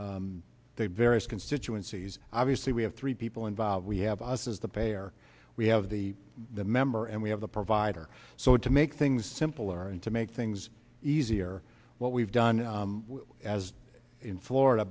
the various constituencies obviously we have three people involved we have us as the payer we have the member and we have the provider so to make things simpler and to make things easier what we've done as in florida